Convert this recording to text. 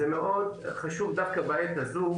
לכן מאוד חשוב לקדם את זה דווקא בעת הזו,